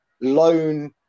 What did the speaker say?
loan